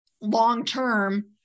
long-term